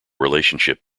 relationship